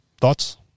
Thoughts